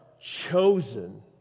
chosen